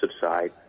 subside